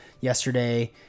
yesterday